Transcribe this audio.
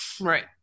Right